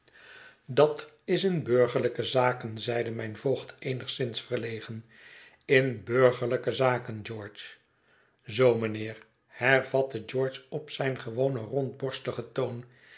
dat is in burgerlijke zaken zeide mijn voogd eenigszins verlegen in burgerlijke zaken george zoo mijnheer hervatte george op zijn gewonen rondborstigen toon